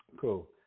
Cool